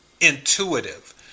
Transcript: intuitive